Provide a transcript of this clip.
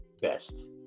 best